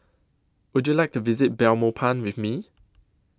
Would YOU like to visit Belmopan with Me